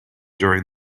during